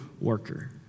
worker